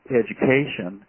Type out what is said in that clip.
education